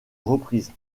reprises